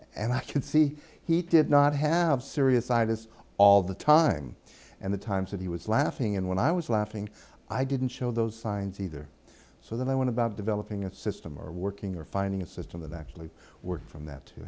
and i can see he did not have serious side as all the time and the times that he was laughing and when i was laughing i didn't show those signs either so then i went to about developing a system or working or finding a system that actually worked from that to